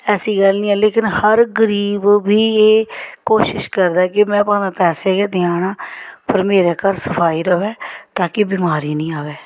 ऐसी गल्ल निं ऐ लेकिन हर गरीब बी एह् कोशिश करदा कि में भामें पैसे गै देयै ना पर मेरे घर सफाई रवै ताकि बमारी निं आवै